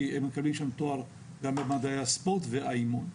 כי הם מקבלים שם תואר גם במדעי הספורט וגם האימון.